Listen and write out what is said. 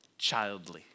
childly